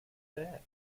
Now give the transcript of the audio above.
that